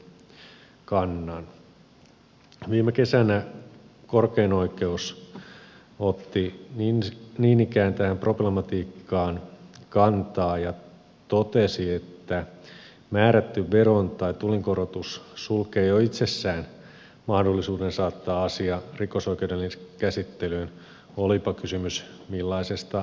viime kesänä korkein oikeus otti niin ikään tähän problematiikkaan kantaa ja totesi että määrätty veron tai tullinkorotus sulkee jo itsessään mahdollisuuden saattaa asia rikosoikeudelliseen käsittelyyn olipa kysymys millaisesta veropetoksesta tahansa